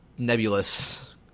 nebulous